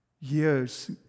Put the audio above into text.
years